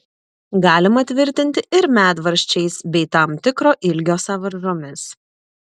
galima tvirtinti ir medvaržčiais bei tam tikro ilgio sąvaržomis